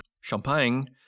Champagne